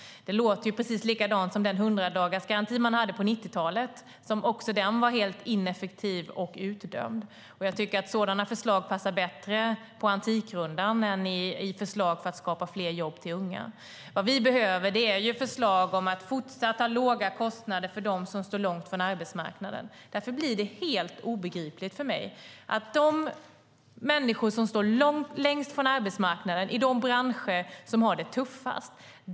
Det låter precis som den 100-dagarsgaranti som man hade på 90-talet som också var helt ineffektiv och utdömd. Jag tycker att sådana förslag passar bättre i Antikrundan än i förslag för att skapa fler jobb till unga. Vad vi behöver är förslag om fortsatt låga kostnader för dem som står långt ifrån arbetsmarknaden. Därför är det helt obegripligt för mig att Socialdemokraterna lägger krutet på de människor som står längst från arbetsmarknaden och på de branscher som har det tuffast.